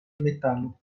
metalo